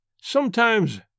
Sometimes